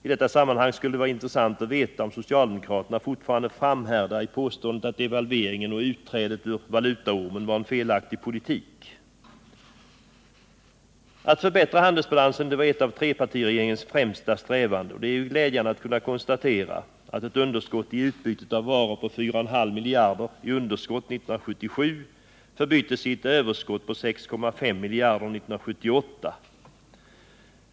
I detta sammanhang skulle det vara intressant att veta om socialdemokraterna fortfarande framhärdar i påståendet att devalveringen och utträdet ur valutaormen var en felaktig politik. Att förbättra handelsbalansen var ett av trepartiregeringens främsta strävanden, och det är glädjande att kunna konstatera att ett underskott i utbytet av varor på 4,5 miljarder 1977 förbyttes i ett överskott på 6,5 miljarder 1978.